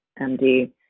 MD